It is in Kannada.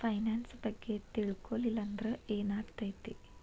ಫೈನಾನ್ಸ್ ಬಗ್ಗೆ ತಿಳ್ಕೊಳಿಲ್ಲಂದ್ರ ಏನಾಗ್ತೆತಿ?